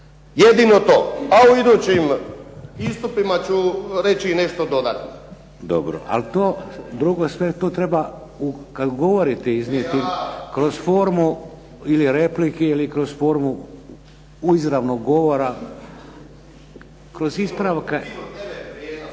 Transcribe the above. Jedino to. A u idućim istupima ću reći i nešto dodatno. **Šeks, Vladimir (HDZ)** Dobro. Ali to drugo, sve to treba kad govorite iznijeti kroz formu ili replike ili kroz formu izravnog govora kroz ispravke.